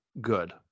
good